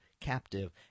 captive